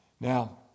now